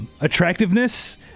Attractiveness